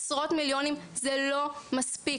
עשרות מיליונים זה לא מספיק.